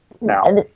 now